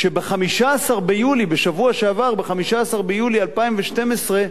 שב-15 ביולי, בשבוע שעבר, ב-15 ביולי 2012,